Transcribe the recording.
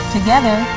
Together